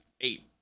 eight